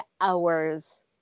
hours